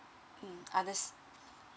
mm uh